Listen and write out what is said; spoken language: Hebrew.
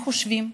הם חושבים,